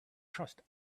trust